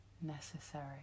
necessary